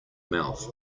mouth